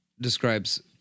describes